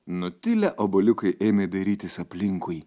nutilę obuoliukai ėmė dairytis aplinkui